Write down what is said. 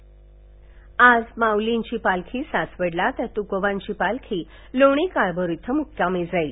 आमच्या आज माऊलींची पालखी सासवडला तर तुकोबांची पालखी लोणी काळभोर इथ मुक्कामी जाईल